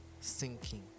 sinking